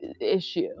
issue